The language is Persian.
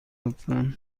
لطفا